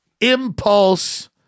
impulse